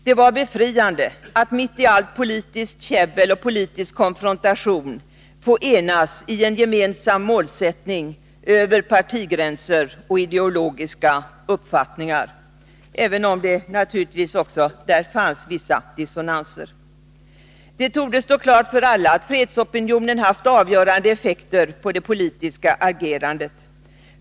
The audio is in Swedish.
Det var befriande att mitt i allt politiskt käbbel och all politisk konfrontation få enas i en gemensam målsättning över partigränser och ideologiska uppfattningar, även om det naturligtvis fanns vissa dissonanser. Det torde stå klart för alla att fredsopinionen haft avgörande effekter på det politiska agerandet.